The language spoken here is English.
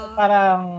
parang